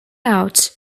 out